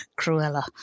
Cruella